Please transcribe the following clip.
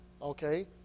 okay